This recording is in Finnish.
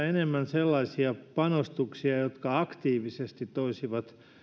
enemmän sellaisia panostuksia jotka aktiivisesti toisivat